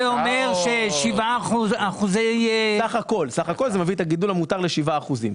סך הכול זה מביא את הגידול המותר ל-7%.